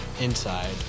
inside